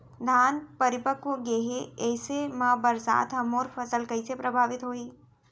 धान परिपक्व गेहे ऐसे म बरसात ह मोर फसल कइसे प्रभावित होही?